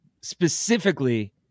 specifically